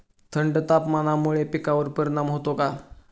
थंड तापमानामुळे पिकांवर परिणाम होतो का?